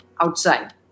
outside